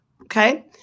okay